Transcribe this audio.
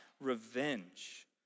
revenge